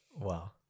Wow